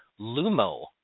Lumo